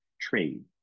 trade